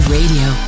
Radio